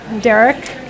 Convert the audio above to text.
Derek